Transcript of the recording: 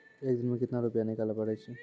एक दिन मे केतना रुपैया निकाले पारै छी?